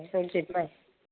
ए रनजित माइ